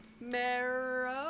Marrow